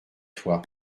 toi